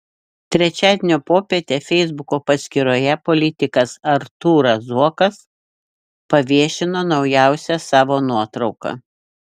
trečiadienio popietę feisbuko paskyroje politikas artūras zuokas paviešino naujausią savo nuotrauką